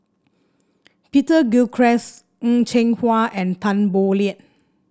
Peter Gilchrist Heng Cheng Hwa and Tan Boo Liat